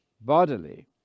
bodily